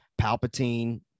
Palpatine